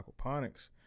aquaponics